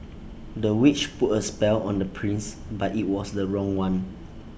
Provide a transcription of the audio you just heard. the witch put A spell on the prince but IT was the wrong one